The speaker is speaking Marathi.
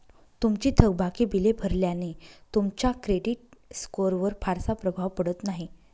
तुमची थकबाकी बिले भरल्याने तुमच्या क्रेडिट स्कोअरवर फारसा प्रभाव पडत नाही